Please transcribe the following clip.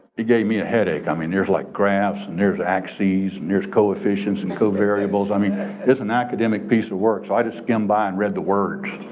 he gave me a headache. i mean there's like graphs and there's axis and there's coefficients and co-variables. i mean it's an academic piece of work so i just came by and read the words.